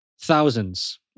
thousands